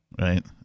Right